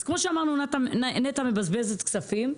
אז כמו שאמרנו, נת"ע מבזבזת כספים.